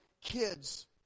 kids